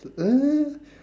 ~ed eh